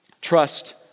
trust